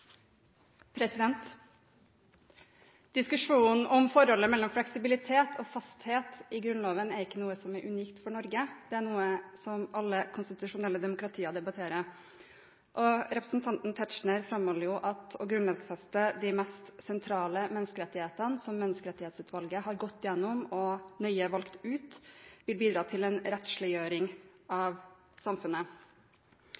ikke noe som er unikt for Norge. Det er noe som alle konstitusjonelle demokratier debatterer. Representanten Tetzschner framholder jo at å grunnlovfeste de mest sentrale menneskerettighetene som Menneskerettighetsutvlaget har gått igjennom og nøye valgt ut, vil bidra til en rettsliggjøring